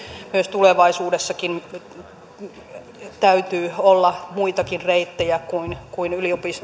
tulevaisuudessakin täytyy olla muitakin reittejä kuin kuin